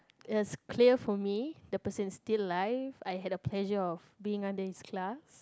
is clear for me the person is still alive I had a pleasure of being under his class